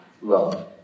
love